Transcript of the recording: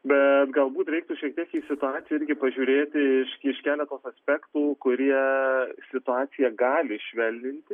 bet galbūt reiktų šiek tiek į situaciją irgi pažiūrėti iš iš keletos aspektų kurie situaciją gali švelninti